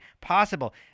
possible